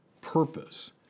purpose